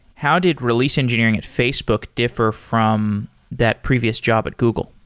how did release engineering at facebook differ from that previous job at google?